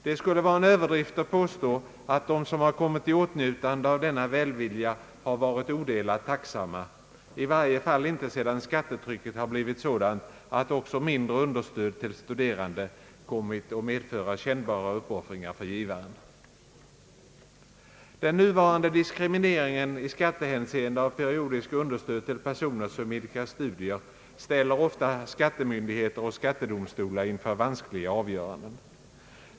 Det skulle vara en överdrift att påstå, att de som har kommit i åtnjutande av denna välvilja, varit odelat tacksamma, i varje fall inte sedan skattetrycket blivit sådant att också mindre understöd till studerande kommit att medföra kännbara uppoffringar för givaren. Den nuvarande diskrimineringen i skattehänseende av periodiska understöd till personer som idkar studier ställer ofta skattemyndigheter och skattedomstolar inför vanskliga avgöranden.